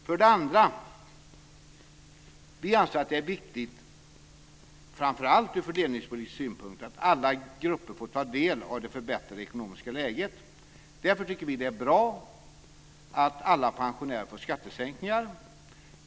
För det andra: Vi anser att det är viktigt, framför allt från fördelningspolitisk synpunkt, att alla grupper får del av det förbättrade ekonomiska läget. Därför tycker vi det är bra att alla pensionärer får skattesänkningar.